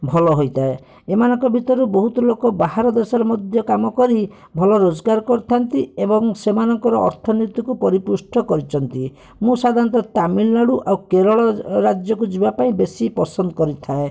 ଭଲ ହୋଇଥାଏ ଏମାନଙ୍କ ଭିତରୁ ବହୁତ ଲୋକ ବାହାର ଦେଶରେ ମଧ୍ୟ କାମକରି ଭଲ ରୋଜଗାର କରିଥାନ୍ତି ଏବଂ ସେମାନଙ୍କର ଅର୍ଥନୀତିକୁ ପରିପୃଷ୍ଠ କରିଛନ୍ତି ମୁଁ ସାଧାରଣତଃ ତାମିଲନାଡ଼ୁ ଆଉ କେରଳ ରାଜ୍ୟକୁ ଯିବାପାଇଁ ବେଶୀ ପସନ୍ଦ କରିଥାଏ